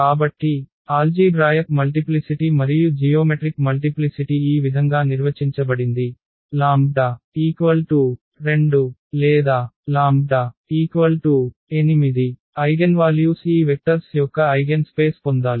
కాబట్టి algebraic multiplicity మరియు geometric multiplicity ఈ విధంగా నిర్వచించబడింది λ 2 లేదా λ 8 ఐగెన్వాల్యూస్ ఈ వెక్టర్స్ యొక్క ఐగెన్ స్పేస్ పొందాలి